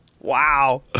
Wow